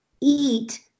eat